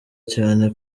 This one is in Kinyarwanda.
cyane